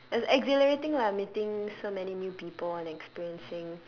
it's exhilarating lah meeting so many new people and experiencing